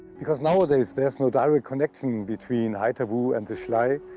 because nowadays there is no direct connection between haithabu and the schlei